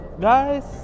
guys